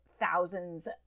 thousands